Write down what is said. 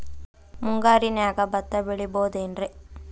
ಮುಂಗಾರಿನ್ಯಾಗ ಭತ್ತ ಬೆಳಿಬೊದೇನ್ರೇ?